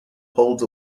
holds